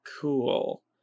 cool